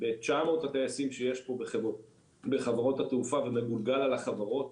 ב-900 הטייסים שיש פה בחברות התעופה ומגולגל על החברות,